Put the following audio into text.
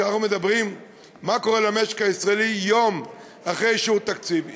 כשאנחנו מדברים על מה שקורה למשק הישראלי יום אחרי אישור התקציב,